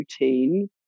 routine